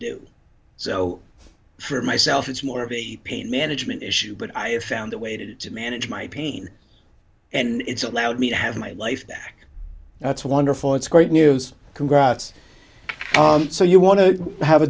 do so for myself it's more of a pain management issue but i have found a way to manage my pain and it's allowed me to have my life back that's wonderful it's great news congrats so you want to have a